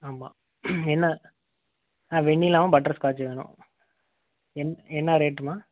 ஆமாம் என்ன ஆ வெண்ணிலாவும் பட்டர் ஸ்காட்சும் வேணும் என் என்ன ரேட்டும்மா